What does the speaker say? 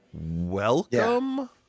welcome